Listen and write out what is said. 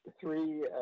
Three